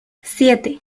siete